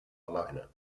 alleine